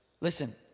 Listen